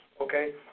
okay